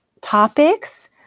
topics